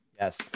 yes